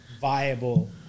viable